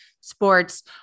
sports